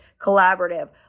collaborative